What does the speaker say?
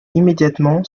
immédiatement